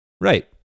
Right